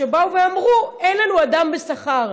שבאו ואמרו: אין לנו אדם בשכר.